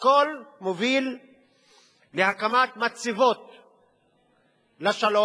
הכול מוביל להקמת מצבות לשלום.